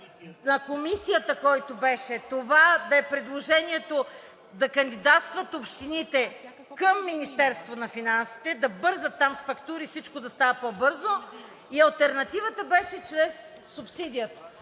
на Комисията, който беше, това да е предложението да кандидатстват общините към Министерството на финансите – да бързат там с фактури, всичко да става по-бързо, и алтернативата беше чрез субсидията.